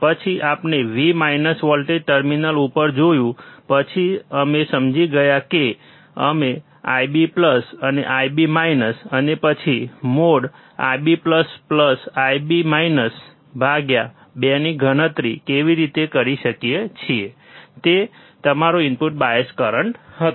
પછી આપણે V voltage terminal ઉપર જોયું પછી અમે સમજી ગયા કે અમે IB અને IB અને પછી મોડ IBIB 2 ની ગણતરી કેવી રીતે કરી શકીએ તે તમારો ઇનપુટ બાયસ કરંટ હતો